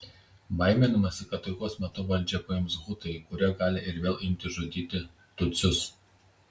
baiminamasi kad taikos metu valdžią paims hutai kurie gali ir vėl imti žudyti tutsius